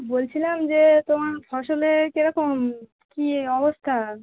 বলছিলাম যে তোমার ফসলে কিরকম কী অবস্থা